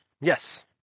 yes